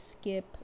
skip